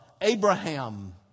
Abraham